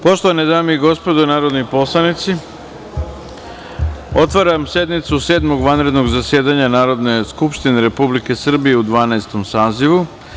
Poštovane dame i gospodo narodni poslanici, otvaram sednicu Sedmog vanrednog zasedanja Narodne skupštine Republike Srbije u Dvanaestom sazivu.